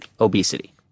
Obesity